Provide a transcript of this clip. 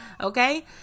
Okay